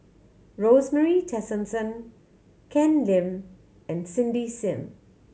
Rosemary Tessensohn Ken Lim and Cindy Sim